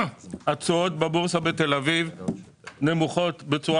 התשואות בבורסה בתל אביב נמוכות בצורה